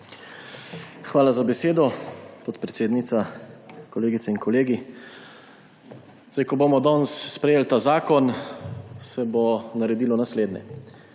Hvala za besedo, podpredsednica. Kolegice in kolegi! Ko bomo danes sprejeli ta zakon, se bo naredilo naslednje.